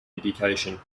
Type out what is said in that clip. education